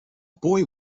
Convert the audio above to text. boy